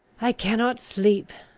i cannot sleep,